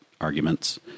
arguments